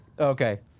Okay